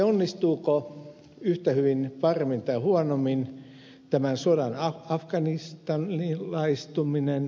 onnistuuko yhtä hyvin paremmin tai huonommin tämän sodan afganistanilaistaminen